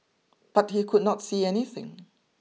but he could not see anything